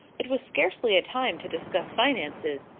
it was scarcely a time to discuss finances,